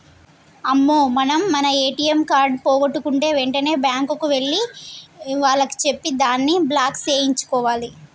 అమ్మో మనం మన ఏటీఎం కార్డు పోగొట్టుకుంటే వెంటనే బ్యాంకు వాళ్లకి చెప్పి దాన్ని బ్లాక్ సేయించుకోవాలి